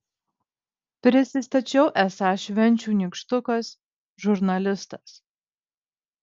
prisistačiau esąs švenčių nykštukas žurnalistas